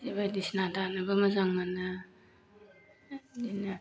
जि बायदिसिना दानोबो मोजां मोनो बिदिनो